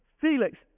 Felix